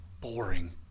boring